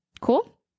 Cool